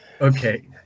Okay